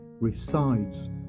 resides